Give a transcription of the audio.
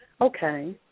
Okay